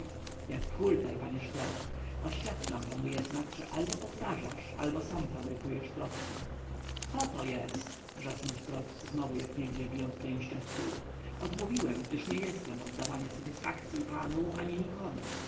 hultaj panie szprot oświadczam panu jednak że albo powtarzasz albo sam fabrykujesz plotki coto jest wrzasnął szprot znowu jak niegdyś bijąc pięścią w stół odmówiłem gdyż nie jestem od dawania satysfakcyi panu ani nikomu